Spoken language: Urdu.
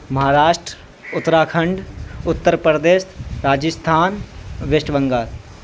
مہاراشٹر اتراکھنڈ اتر پردیش راجستھان ویسٹ بنگال